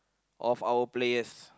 of our players